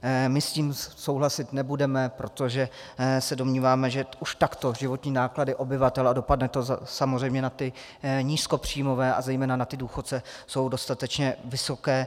My s tím souhlasit nebudeme, protože se domníváme, že už takto životní náklady obyvatel a dopadne to samozřejmě na ty nízkopříjmové a zejména na důchodce jsou dostatečně vysoké.